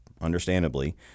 understandably